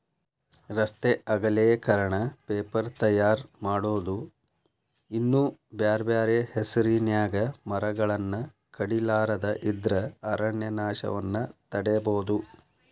ರಸ್ತೆ ಅಗಲೇಕರಣ, ಪೇಪರ್ ತಯಾರ್ ಮಾಡೋದು ಇನ್ನೂ ಬ್ಯಾರ್ಬ್ಯಾರೇ ಹೆಸರಿನ್ಯಾಗ ಮರಗಳನ್ನ ಕಡಿಲಾರದ ಇದ್ರ ಅರಣ್ಯನಾಶವನ್ನ ತಡೇಬೋದು